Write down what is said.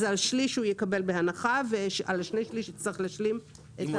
על שליש הוא יקבל בהנחה ועל השני-שליש יצטרך להשלים את האגרה.